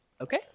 Okay